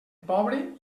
pobre